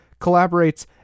collaborates